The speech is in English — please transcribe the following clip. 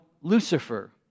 Lucifer